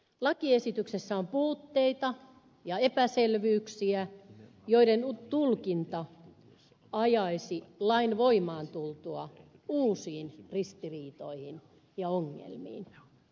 lakiesityksessä on puutteita ja epäselvyyksiä joiden tulkinta ajaisi lain voimaan tultua uusiin ristiriitoihin ja ongelmiin